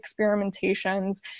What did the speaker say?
experimentations